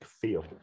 feel